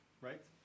Right